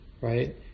right